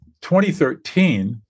2013—